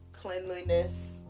cleanliness